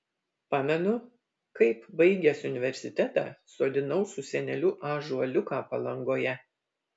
pamenu kaip baigęs universitetą sodinau su seneliu ąžuoliuką palangoje